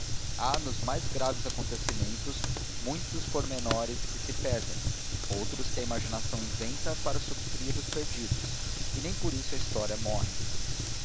há nos mais graves acontecimentos muitos pormenores que se perdem outros que a imaginação inventa para suprir os perdidos e nem por isso a história morre